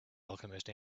alchemist